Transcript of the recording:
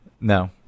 No